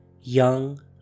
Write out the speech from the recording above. Young